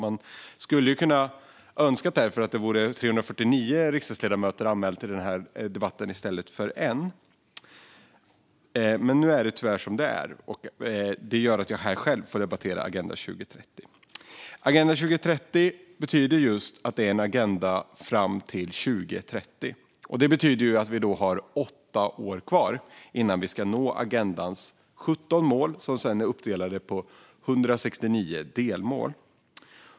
Man skulle därför ha kunnat önska att det var 349 riksdagsledamöter anmälda till denna debatt i stället för en enda. Men nu är det tyvärr som det är, och jag får här själv debattera Agenda 2030. Agenda 2030 är just en agenda fram till 2030. Det betyder att vi har åtta år kvar innan vi ska nå agendans 17 mål, som sedan är uppdelade i 169 delmål.